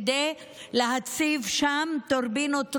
כדי להציב שם טורבינות רוח.